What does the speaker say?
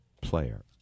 player